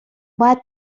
باید